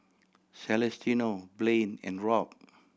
Celestino Blane and Robb